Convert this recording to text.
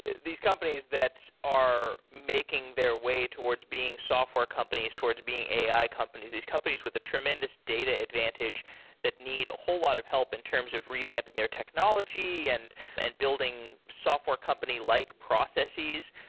these companies that are making their way towards being software companies, towards being ai companies, these companies with a tremendous data advantage that need a whole lot of help in terms of revamping their technology and and building software company-like processes.